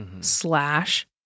slash